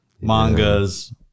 mangas